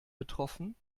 betroffen